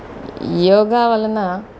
యోగా వలన